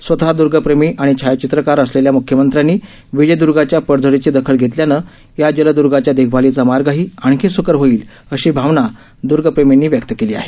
स्वतः दर्गप्रेमी आणि छायाचित्रकार असलेल्या मुख्यमंत्र्यांनी विजयदर्गाच्या पडझडीची दखल घेतल्यानं या जलद्गाच्या देखभालीचा मार्गही आणखी सुकर होईल अशी भावना दर्गप्रेमींनी व्यक्त केली आहे